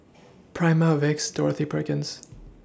Prima Vicks Dorothy Perkins